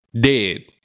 dead